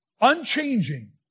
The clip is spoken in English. Unchanging